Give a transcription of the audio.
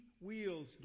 Wheels